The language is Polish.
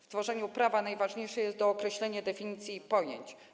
W tworzeniu prawa najważniejsze jest dookreślenie definicji i pojęć.